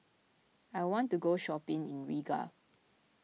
I want to go shopping in Riga